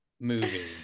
movie